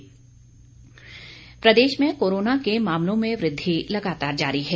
Himachal corona Pradesh में corona के मामलों में वृद्धि लगातार जारी है